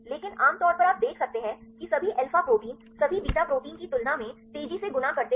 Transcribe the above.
लेकिन आम तौर पर आप देख सकते हैं कि सभी अल्फा प्रोटीन सभी बीटा प्रोटीन की तुलना में तेजी से गुना करते हैं